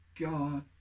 God